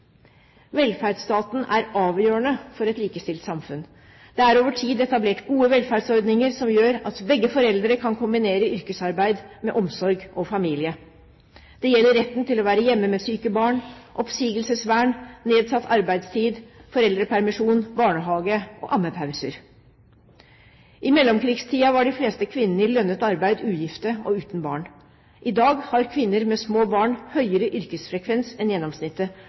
Velferdsstaten er avgjørende for et likestilt samfunn. Det er over tid etablert gode velferdsordninger som gjør at begge foreldre kan kombinere yrkesarbeid med omsorg og familie. Det gjelder retten til å være hjemme med syke barn, oppsigelsesvern, nedsatt arbeidstid, foreldrepermisjon, barnehage og ammepauser. I mellomkrigstiden var de fleste kvinner i lønnet arbeid ugifte og uten barn. I dag har kvinner med små barn høyere yrkesfrekvens enn gjennomsnittet.